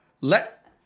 Let